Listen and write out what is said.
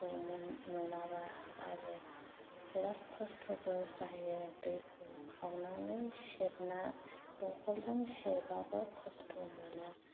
खौ मोन मोनाबा आरो बिराथ खस्थ'बो जायो दैखौ खावनानै सेरना दंखलजों सेरबाबो खस्थ' मोनो